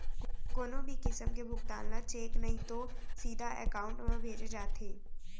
कोनो भी किसम के भुगतान ल चेक नइ तो सीधा एकाउंट म भेजे जाथे